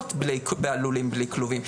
לתרנגולות בלולים בלי כלובים,